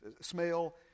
smell